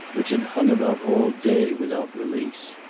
which had hung about all day without release.